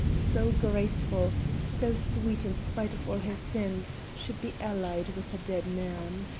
so graceful, so sweet in spite of all her sin should be allied with a dead man.